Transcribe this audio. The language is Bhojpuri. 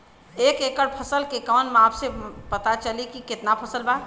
एक एकड़ फसल के कवन माप से पता चली की कितना फल बा?